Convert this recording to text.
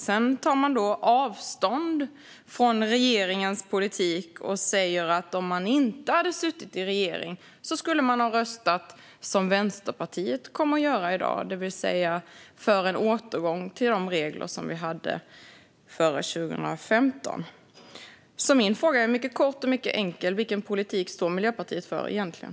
Sedan tar man avstånd från regeringens politik och säger att om man inte hade suttit i regeringen skulle man ha röstat som Vänsterpartiet kommer att göra i dag, det vill säga för en återgång till de regler som vi hade före 2015. Min fråga är mycket kort och mycket enkel: Vilken politik står Miljöpartiet för egentligen?